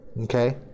okay